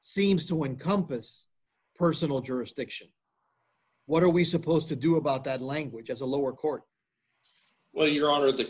seems to encompass personal jurisdiction what are we supposed to do about that language as a lower court well your honor the